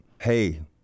hey